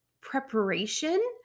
preparation